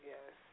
Yes